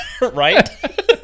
Right